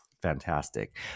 fantastic